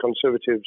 Conservatives